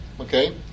okay